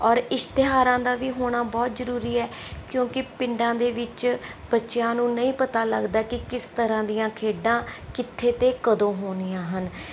ਔਰ ਇਸ਼ਤਿਹਾਰਾਂ ਦਾ ਵੀ ਹੋਣਾ ਬਹੁਤ ਜ਼ਰੂਰੀ ਹੈ ਕਿਉਂਕਿ ਪਿੰਡਾਂ ਦੇ ਵਿੱਚ ਬੱਚਿਆਂ ਨੂੰ ਨਹੀਂ ਪਤਾ ਲੱਗਦਾ ਕਿ ਕਿਸ ਤਰ੍ਹਾਂ ਖੇਡਾਂ ਕਿੱਥੇ ਅਤੇ ਕਦੋਂ ਹੋਣੀਆਂ ਹਨ